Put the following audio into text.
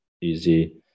easy